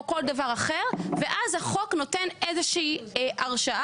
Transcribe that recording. או כל דבר אחר ואז החוק נותן איזה שהיא הרשאה.